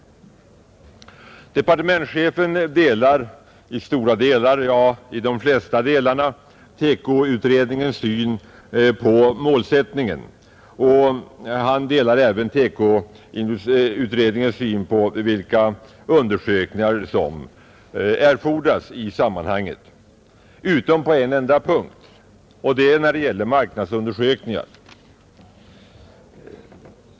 Departementschefen har i stora delar — ja, i de flesta — samma syn som TEKO-utredningen på målsättningen. Han delar även TEKO-utredningens syn på vilka undersökningar som erfordras i sammanhanget, utom på en enda punkt, nämligen när det gäller marknadsundersökningar.